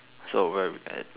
so where are we at um